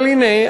אבל הנה,